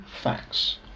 facts